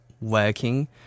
working